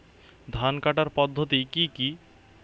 ধান কাটার পদ্ধতি কি কি?